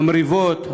המריבות,